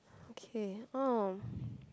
okay oh